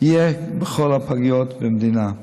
יהיה בכל הפגיות במדינה.